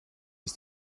ist